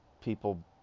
people